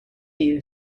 you